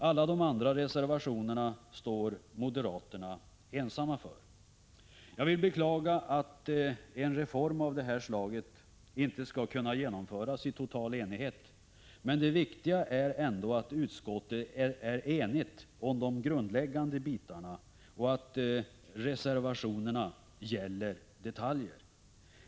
Alla de andra reservationerna står moderaterna ensamma för. Jag vill beklaga att en reform av det här slaget inte skall kunna genomföras i total enighet. Men det viktiga är ändå att utskottet är enigt om de grundläggande bitarna och att reservationerna gäller detaljer.